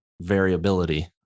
variability